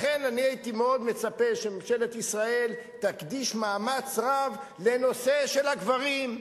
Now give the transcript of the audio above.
לכן הייתי מאוד מצפה שממשלת ישראל תקדיש מאמץ רב לנושא של הגברים,